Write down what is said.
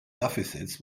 deficits